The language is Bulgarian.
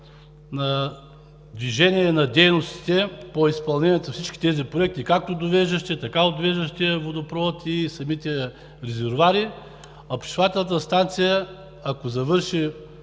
на движение на дейностите по изпълнението на всички тези проекти както на довеждащия, така и на отвеждащия водопровод и на самите резервоари, а пречиствателната станция, ако завърши